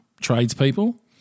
tradespeople